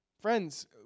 Friends